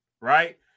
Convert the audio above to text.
right